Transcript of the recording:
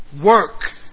work